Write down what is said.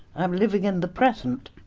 i'm living in the present,